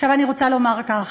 עכשיו אני רוצה לומר כך: